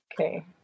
Okay